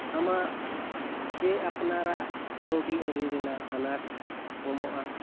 ᱟᱢᱟᱜ ᱪᱮᱫ ᱟᱯᱱᱟᱨᱟᱜ ᱠᱟᱹᱣᱰᱤ ᱟᱹᱨᱤ ᱨᱮᱱᱟᱜ ᱟᱱᱟᱴ ᱠᱚᱢᱚᱜᱼᱟ